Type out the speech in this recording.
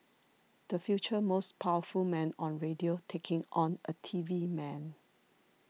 the future most powerful man on radio taking on a T V man